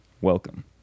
Welcome